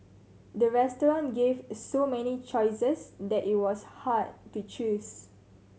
the restaurant gave so many choices that it was hard to choose